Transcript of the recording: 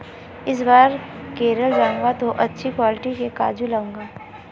इस बार केरल जाऊंगा तो अच्छी क्वालिटी के काजू लाऊंगा